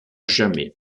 jamais